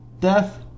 death